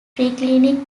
triclinic